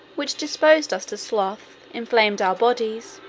which disposed us to sloth, inflamed our bodies,